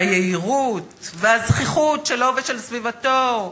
והיהירות והזחיחות שלו ושל סביבתו,